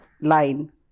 line